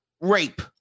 rape